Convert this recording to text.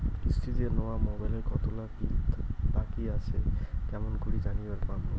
কিস্তিতে নেওয়া মোবাইলের কতোলা বিল বাকি আসে কেমন করি জানিবার পামু?